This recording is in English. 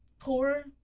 poor